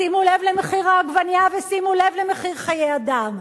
שימו לב למחיר העגבנייה ושימו לב למחיר חיי אדם.